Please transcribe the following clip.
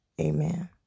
Amen